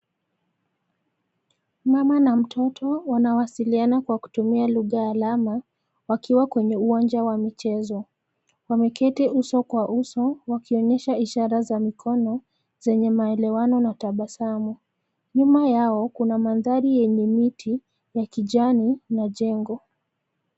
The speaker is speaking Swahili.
Mama na mtoto, wanawasiliana kwa kutumia lugha ya alama, wakiwa kwenye uwanja wa michezo. Wameketi uso kwa uso, wakionyesha ishara za mikono, zenye maelewano na tabasamu. Nyuma yao, kuna mandhari yenye miti ya kijani na jengo.